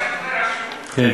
כן,